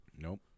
Nope